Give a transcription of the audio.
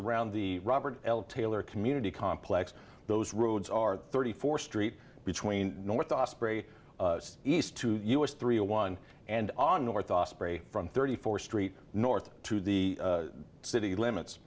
around the robert l taylor community complex those roads are thirty four street between north osprey east to us three a one and on north osprey from thirty fourth street north to the city limits